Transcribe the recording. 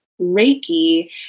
reiki